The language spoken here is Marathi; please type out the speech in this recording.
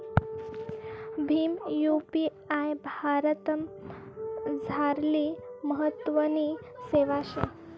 भीम यु.पी.आय भारतमझारली महत्वनी सेवा शे